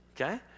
Okay